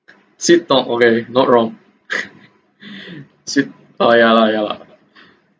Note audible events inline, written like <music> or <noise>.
sweet talk okay not wrong <laughs> <breath> sweet ah ya lah ya lah <breath>